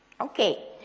Okay